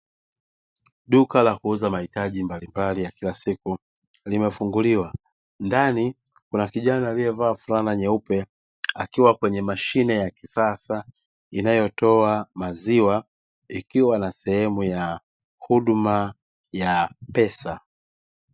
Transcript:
Duka la kuuza mahitaji mbalimbali ya kila siku limefunguliwa, ndani kuna kijana aliyevaa fulana nyeupe akiwa kwenye mashine ya kisasa inayotoa maziwa ikiwa na sehemu ya huduma ya pesa.